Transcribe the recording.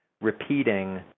repeating